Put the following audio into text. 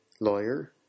lawyer